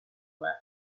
work